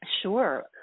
Sure